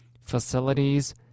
facilities